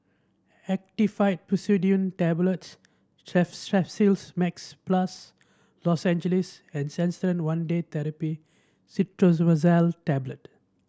Actifed Pseudoephedrine Tablets Max Plus Lozenges and Canesten One Day Therapy Clotrimazole Tablet